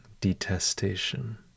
detestation